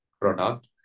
product